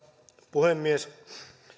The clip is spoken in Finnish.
puhemies